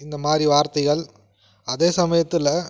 இந்த மாதிரி வார்த்தைகள் அதே சமயத்தில்